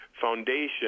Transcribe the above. foundation